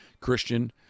Christian